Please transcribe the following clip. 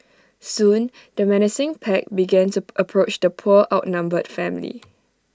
soon the menacing pack began to approach the poor outnumbered family